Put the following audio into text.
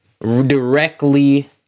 directly